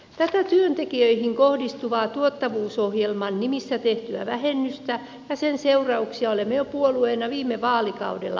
tätä työntekijöihin kohdistuvaa tuottavuusohjelman nimissä tehtyä vähennystä ja sen seurauksia olemme puolueena jo viime vaalikaudella kritisoineet